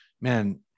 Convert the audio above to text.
man